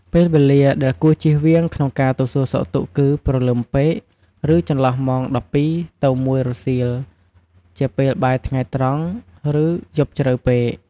ពេលវេលាដែលគួរជៀសវាងក្នុងការទៅសួរសុខទុក្ខគឺ ព្រលឹមពេក ឬ ចន្លោះម៉ោង ១២ ទៅ ១ រសៀល ជាពេលបាយថ្ងៃត្រង់ ឬ យប់ជ្រៅពេក។